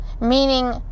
meaning